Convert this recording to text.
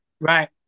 Right